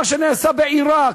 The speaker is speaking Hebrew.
מה שנעשה בעיראק,